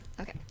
Okay